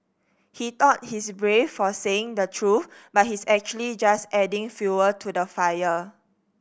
he thought he's brave for saying the truth but he's actually just adding fuel to the fire